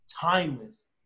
timeless